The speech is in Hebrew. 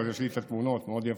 יש לי את התמונות, מאוד יפות.